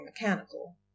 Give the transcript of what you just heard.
mechanical